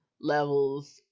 levels